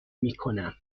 میکنم